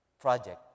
project